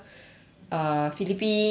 err philippines